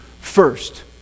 first